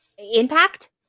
Impact